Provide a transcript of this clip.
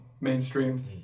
mainstream